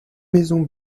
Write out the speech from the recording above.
maisons